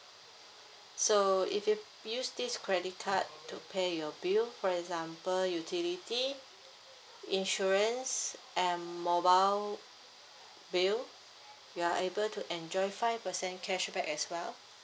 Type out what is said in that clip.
so if you use this credit card to pay your bill for example utility insurance and mobile bill you are able to enjoy five percent cashback as well